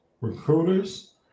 recruiters